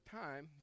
time